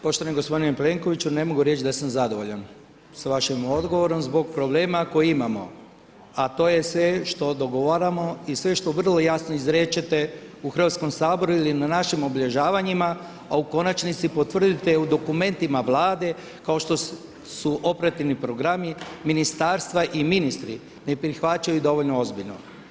Poštovani gospodine Plenkoviću, ne mogu reći da sam zadovoljan, sa vašim odgovorom, zbog problema kojeg imamo, a to je sve što dogovaramo, sve što vrlo jasno izrečete u Hrvatskom saboru ili na našim obilježavanjima, a u konačnici, potvrdite u dokumentima Vlade, kao što su operativni programi, ministarstva i ministri, ne prihvaćaju dovoljno ozbiljno.